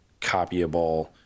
copyable